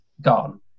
gone